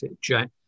Jack